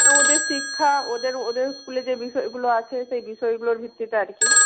ওদের শিক্ষা ওদের ওদের স্কুলে যে বিষয়গুলো আছে সেই বিষয়গুলোর ভিত্তিতে আর কি